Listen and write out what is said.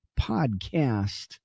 podcast